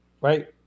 right